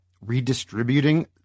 redistributing